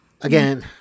Again